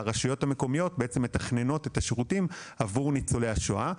והרשויות המקומיות מתכננות את השירותים עבור ניצולי השואה.